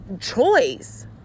choice